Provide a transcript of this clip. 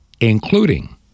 Including